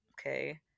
okay